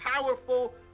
powerful